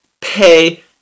pay